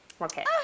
Okay